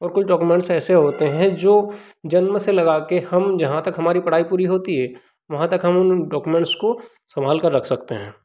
और कुछ डॉक्युमेंट्स ऐसे होते हैं जो जन्म से लगाके हम जहाँ तक हमारी पढ़ाई पूरी होती है वहाँ तक हम उन डॉक्युमेंट्स को सँभाल कर रख सकते हैं